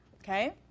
Okay